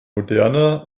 moderner